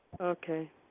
Okay